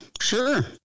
Sure